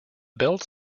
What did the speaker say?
belts